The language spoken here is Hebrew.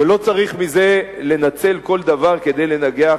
ולא צריך מזה לנצל כל דבר כדי לנגח